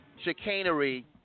Chicanery